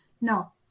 No